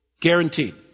Guaranteed